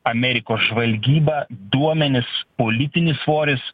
amerikos žvalgyba duomenys politinis svoris